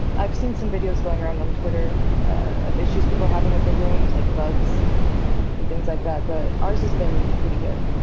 i've seen some videos going around on twitter of issues people are having with the rooms like bugs and things like that, but ours has been pretty good.